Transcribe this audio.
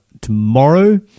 tomorrow